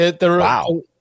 Wow